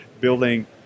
Building